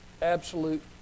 absolute